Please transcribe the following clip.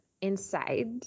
inside